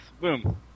Boom